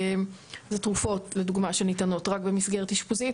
תרופות לדוגמה שניתנות רק במסגרת אשפוזית.